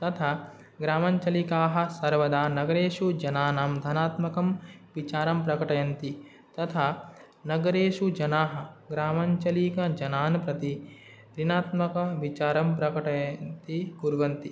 तथा ग्रामाञ्चलिकाः सर्वदा नगरेषु जनानां धनात्मकं विचारं प्रकटयन्ति तथा नगरेषु जनाः ग्रामाञ्चलिकजनान् प्रति ऋणात्मकं विचारं प्रकटयन्ति कुर्वन्ति